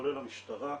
כולל המשטרה,